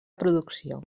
producció